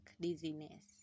dizziness